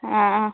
അ അ